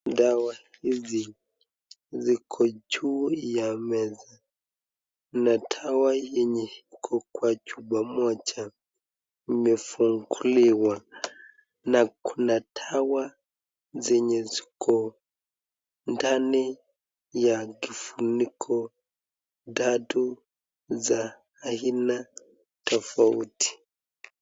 Dawa hizi ziko juu ya meza na dawa yenye iko kwa chupa moja imefunguliwa na kuna dawa zenye ziko ndani ya kifuniko tatu za aina tofauti.